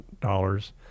dollars